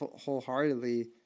wholeheartedly